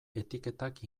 etiketak